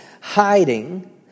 hiding